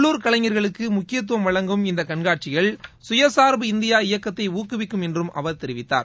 உள்ளுர் கலைஞர்களுக்கு முக்கியத்துவம் வழங்கும் இந்த கண்காட்சிகள் சுயசார்பு இந்தியாவை ஊக்குவிக்கும் என்றும் அவர் தெரிவித்தார்